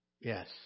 Yes